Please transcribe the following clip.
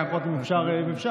אם אפשר.